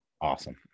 Awesome